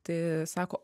tai sako